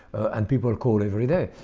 and people call every day.